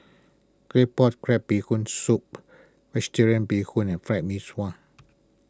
Claypot Crab Bee Hoon Soup Vegetarian Bee Hoon and Fried Mee Sua